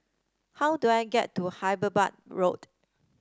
how do I get to Hyderabad Road